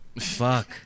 Fuck